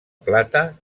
plata